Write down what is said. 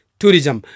tourism